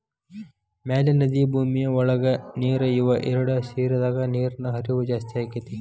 ಮ್ಯಾಲ ನದಿ ಭೂಮಿಯ ಒಳಗ ನೇರ ಇವ ಎರಡು ಸೇರಿದಾಗ ನೇರಿನ ಹರಿವ ಜಾಸ್ತಿ ಅಕ್ಕತಿ